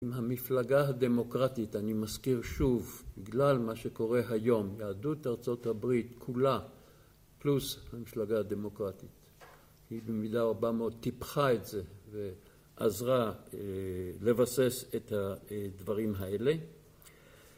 עם המפלגה הדמוקרטית, אני מזכיר שוב, בגלל מה שקורה היום, יהדות ארצות הברית כולה, פלוס המפלגה הדמוקרטית, היא במידה רבה מאוד טיפחה את זה, ועזרה לבסס את הדברים האלה.